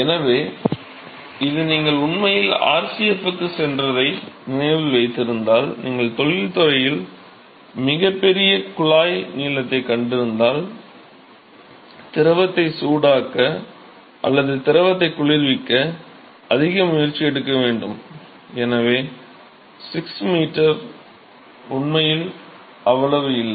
எனவே இது நீங்கள் உண்மையில் RCF க்கு சென்றதை நினைவில் வைத்திருந்தால் நீங்கள் தொழில்துறையில் மிகப் பெரிய குழாய் நீளத்தைக் கண்டுருந்தால் திரவத்தை சூடாக்க அல்லது திரவத்தை குளிர்விக்க அதிக முயற்சி எடுக்க வேண்டும் எனவே 6 m உண்மையில் அவ்வளவு இல்லை